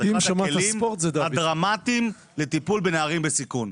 אחד הכלים הדרמטיים לטיפול בנערים בסיכון.